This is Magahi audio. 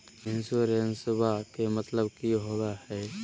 इंसोरेंसेबा के मतलब की होवे है?